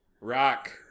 Rock